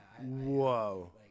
whoa